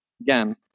again